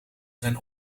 zijn